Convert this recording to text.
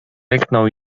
ryknął